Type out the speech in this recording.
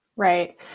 Right